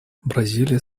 бразилия